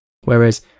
whereas